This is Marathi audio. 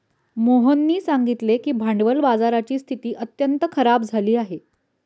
मोहननी सांगितले की भांडवल बाजाराची स्थिती अत्यंत खराब झाली आहे